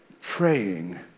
praying